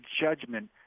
judgment